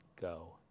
go